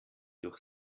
durch